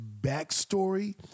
backstory